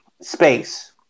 space